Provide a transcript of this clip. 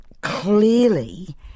clearly